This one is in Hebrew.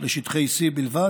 בשטחי C בלבד.